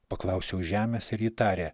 paklausiau žemės ir ji tarė